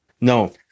No